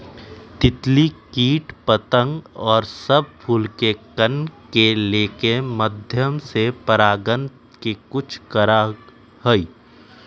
तितली कीट पतंग और सब फूल के कण के लेके माध्यम से परागण के कुछ करा हई